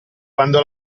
quando